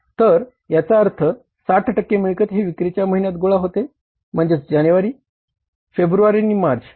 तर याचा अर्थ 60 टक्के मिळकत हि विक्रीच्या महिन्यात गोळा होते म्हणजेच जानेवारी फेब्रुवारी आणि मार्च